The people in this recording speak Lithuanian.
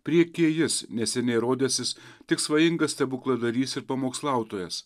priekyje jis neseniai rodęsis tik svajingas stebukladarys ir pamokslautojas